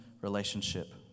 relationship